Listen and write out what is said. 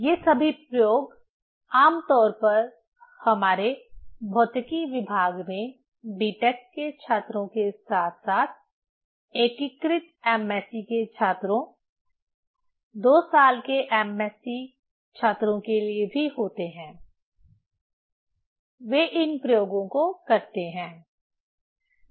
ये सभी प्रयोग आम तौर पर हमारे भौतिकी विभाग में बी टेक B Tech के छात्रों के साथ साथ एकीकृत एम एस सी के छात्रों 2 साल के एम एस सी छात्रों के लिए भी होते हैं वे इन प्रयोगों को करते हैं